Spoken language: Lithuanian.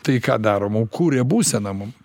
tai ką daro mum kurią būseną mum